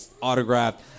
autographed